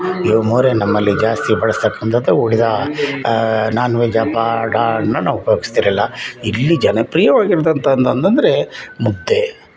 ಇವು ಮೂರೇ ನಮ್ಮಲ್ಲಿ ಜಾಸ್ತಿ ಬಳಸ್ತಕ್ಕಂಥದ್ದು ಉಳಿದ ನಾನ್ ವೆಜ್ ಪಾ ಡಾ ನಾವು ಉಪಯೋಗಿಸ್ತಾಯಿರ್ಲಿಲ್ಲ ಇಲ್ಲಿ ಜನಪ್ರಿಯವಾಗಿರ್ತಾ ಅಂತ ಅಂತಂದ್ರೆ ಮುದ್ದೆ